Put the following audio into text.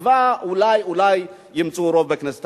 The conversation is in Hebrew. בתקווה שאולי אולי ימצאו רוב בכנסת.